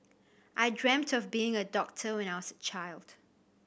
I dreamt of being a doctor when I was a child